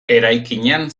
eraikinean